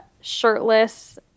shirtless